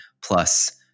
Plus